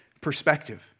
perspective